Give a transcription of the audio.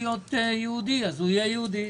אז הוא יהיה יהודי,